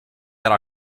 era